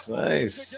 nice